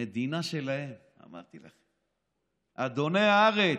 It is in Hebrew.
המדינה שלהם, אמרתי לך, אדוני הארץ.